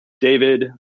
David